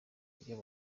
iyo